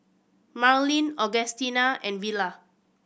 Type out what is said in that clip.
Marlyn Augustina and Villa